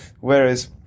whereas